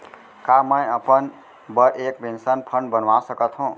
का मैं अपन बर एक पेंशन फण्ड बनवा सकत हो?